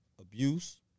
abuse